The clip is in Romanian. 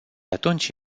atunci